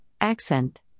Accent